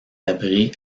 abri